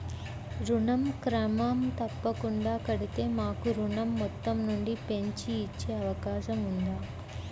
ఋణం క్రమం తప్పకుండా కడితే మాకు ఋణం మొత్తంను పెంచి ఇచ్చే అవకాశం ఉందా?